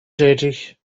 tätig